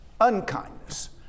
Unkindness